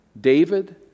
David